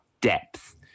depth